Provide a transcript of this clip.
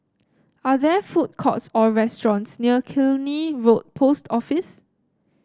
are there food courts or restaurants near Killiney Road Post Office